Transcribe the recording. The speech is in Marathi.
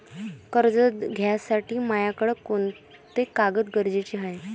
कर्ज घ्यासाठी मायाकडं कोंते कागद गरजेचे हाय?